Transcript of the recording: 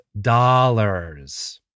dollars